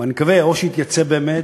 ואני מקווה שאו שיתייצב באמת,